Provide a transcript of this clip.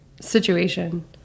situation